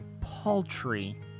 paltry